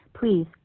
please